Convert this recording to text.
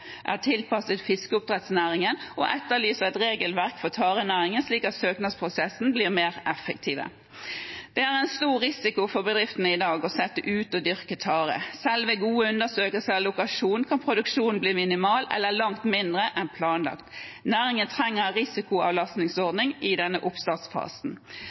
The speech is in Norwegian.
tilpasset fiskeoppdrettsnæringen, og etterlyser et regelverk for tarenæringen, slik at søknadsprosessen blir mer effektiv. Det er en stor risiko for bedriftene i dag å sette ut og dyrke tare. Selv ved gode undersøkelser av lokasjon kan produksjonen bli minimal eller langt mindre enn planlagt. Næringen trenger risikoavlastningsordninger i oppstartsfasen.